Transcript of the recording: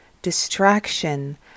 distraction